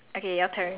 cries